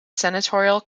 senatorial